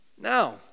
Now